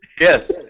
Yes